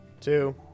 Two